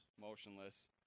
Motionless